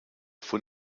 von